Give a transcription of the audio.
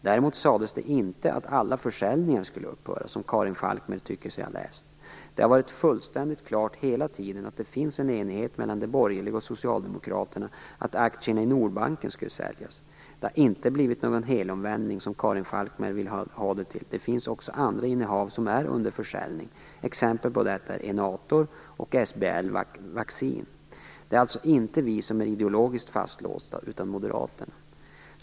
Däremot sades det inte att alla försäljningar skulle upphöra, som Karin Falkmer tycker sig ha läst. Det har varit fullständigt klart hela tiden att det finns en enighet mellan de borgerliga och socialdemokraterna att aktierna i Nordbanken skulle säljas. Det har inte blivit någon helomvändning, som Karin Falkmer vill ha det till. Det finns också andra innehav som är under försäljning. Exempel på detta är Enator och SBL Vaccin. Det är alltså inte vi som är ideologiskt fastlåsta, utan moderaterna.